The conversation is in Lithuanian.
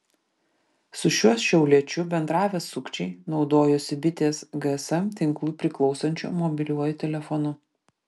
su šiuo šiauliečiu bendravę sukčiai naudojosi bitės gsm tinklui priklausančiu mobiliuoju telefonu